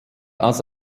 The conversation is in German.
als